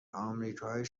آمریکای